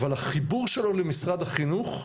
אבל החיבור שלו למשרד החינוך,